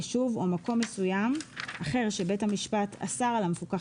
יישוב או מקום מסוים אחר שבית המשפט אסר על המפוקח